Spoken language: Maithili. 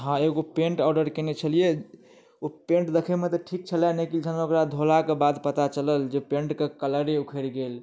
हँ एगो पेन्ट ऑडर कयने छलियै ओ पेन्ट देखैमे तऽ ठीक छलए नहि कि ढङ्ग ओकरा धोलाक बाद पता चलल जे पेन्टके कलऽरे उखैड़ गेल